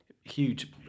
huge